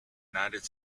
united